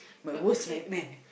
my worst nightmare